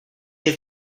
have